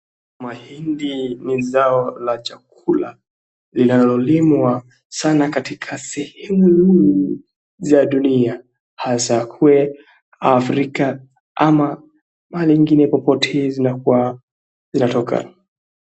Mahindi ni zao la chakula linalolimwa sana katika sehemu nyingi za dunia hasa ziwe za Afrika ama mahali mengine popote zinaeza kuwa zinatoka.